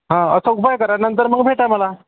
हां असं उपाय करा नंतर मग भेटा मला